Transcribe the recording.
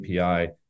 API